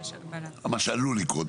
סיימת להציג את הדברים?